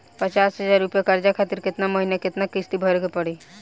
पचास हज़ार रुपया कर्जा खातिर केतना महीना केतना किश्ती भरे के पड़ी?